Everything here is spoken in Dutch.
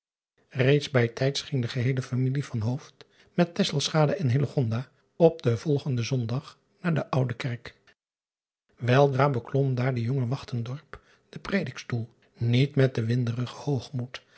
eeds bij tijds ging de geheele familie van met en op den volgenden zondag naar de ude kerk eldra beklom daar de jonge den predikstoel niet met den winderigen hoogmoed